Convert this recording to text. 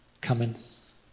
comments